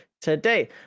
today